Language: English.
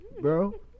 bro